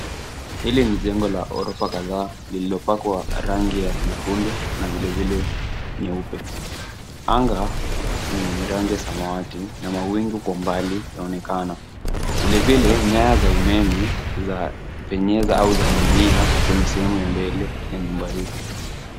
Hili ni jengo la ghorofa kadhaa lililopakwa rangi ya nyekundu na vilevile nyeupe. Anga ni yenye rangi ya samawati na mawingu kwa mbali yanaonekana .Vilevile nyaya za umeme zenye au zaning'inia kwenye sehemu ya mbele ya nyumba hii.